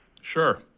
Sure